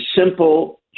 simple